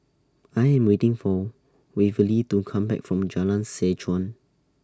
I Am waiting For Waverly to Come Back from Jalan Seh Chuan